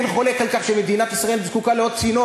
אין חולק על כך שמדינת ישראל זקוקה לעוד צינור,